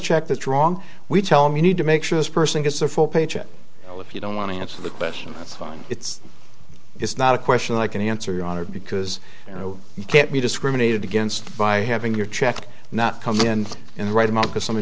check that's wrong we tell them you need to make sure this person gets a full paycheck if you don't want to answer the question that's fine it's it's not a question i can answer your honor because you know you can't be discriminated against by having your check not come in in the right amount because somebody